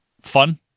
Fun